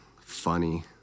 funny